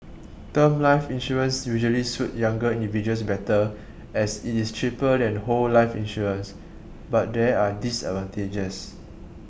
term life insurance usually suit younger individuals better as it is cheaper than whole life insurance but there are disadvantages